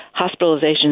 hospitalizations